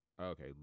Okay